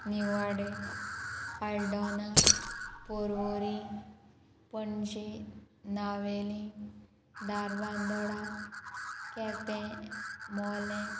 Nivade Aldona Porvorim Panaji Navelim Dharbandora Quepem Mollem